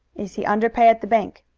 is he under pay at the bank?